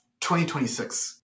2026